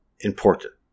important